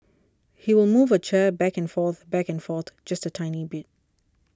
he will move a chair back and forth back and forth just a tiny bit